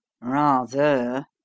Rather